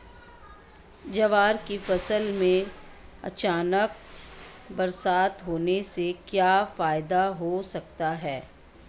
ज्वार की फसल में अचानक बरसात होने से क्या फायदा हो सकता है?